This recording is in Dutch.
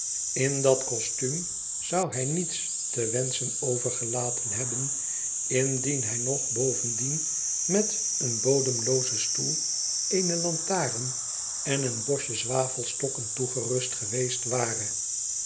in dat costuum zou hij niets te wenschen overgelaten hebben indien hij nog bovendien met een bodemloozen stoel eene lantaren en een bosje zwavelstokken toegerust geweest ware